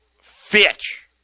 Fitch